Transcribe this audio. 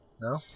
No